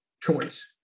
choice